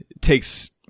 takes